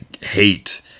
hate